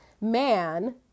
man